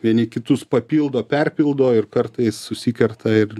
vieni kitus papildo perpildo ir kartais susikerta ir